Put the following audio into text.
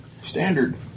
Standard